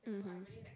mmhmm